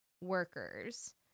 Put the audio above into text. workers